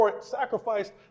sacrificed